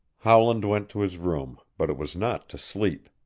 howland went to his room, but it was not to sleep.